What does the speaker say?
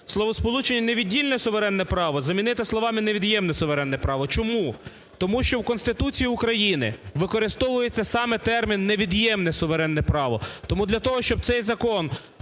словосполучення "невіддільне суверенне право" замінити словами "невід'ємне суверенне право". Чому? Тому в Конституції України використовується саме термін "невід'ємне суверенне право". Тому для того, щоб цей закон